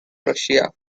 prussia